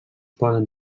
poden